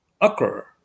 occur